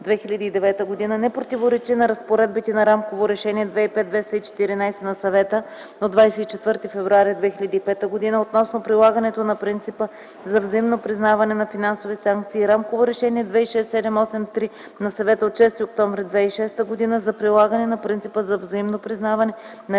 не противоречи на разпоредбите на Рамково решение 2005/214/ПВР на Съвета от 24 февруари 2005 г. относно прилагането на принципа за взаимно признаване на финансови санкции и Рамково решение 2006/783/ПВР на Съвета от 6 октомври 2006 г. за прилагане на принципа за взаимно признаване на